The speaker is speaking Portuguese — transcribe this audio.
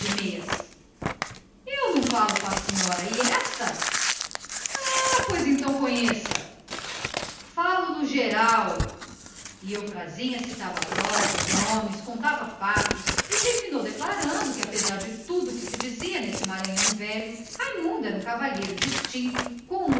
mesa eu não falo com a senhora e esta ah pois então conheça falo no geral e eufrasinha dava as provas citava nomes contava fatos e terminou declarando que apesar de tudo que se dizia nesse maranhão velho raimundo era um cavalheiro distinto com